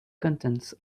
contents